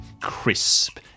crisp